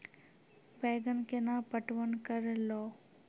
बैंगन केना पटवन करऽ लो?